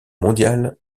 mondiale